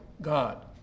God